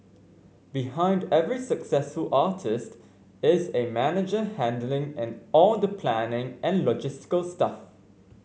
behind every successful artist is a manager handling and all the planning and logistical stuff